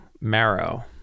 Marrow